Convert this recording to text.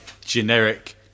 Generic